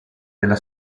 della